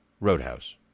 Roadhouse